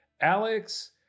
Alex